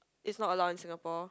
it's not allowed in Singapore